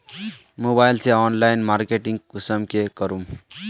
Mobile से online marketing कुंसम के करूम?